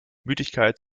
müdigkeit